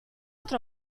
altro